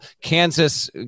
Kansas